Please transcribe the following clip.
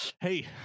hey